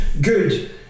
good